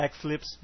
backflips